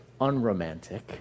unromantic